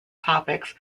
topics